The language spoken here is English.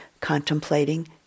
contemplating